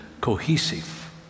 cohesive